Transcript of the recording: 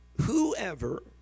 Whoever